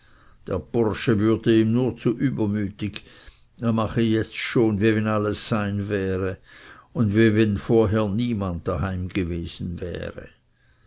der bursche würde ihm nur zu übermütig er mache jetzt schon wie wenn alles sein wäre und wie wenn vor her niemand da daheim gewesen wäre